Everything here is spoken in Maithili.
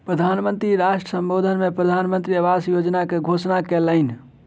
प्रधान मंत्री राष्ट्र सम्बोधन में प्रधानमंत्री आवास योजना के घोषणा कयलह्नि